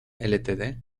ltd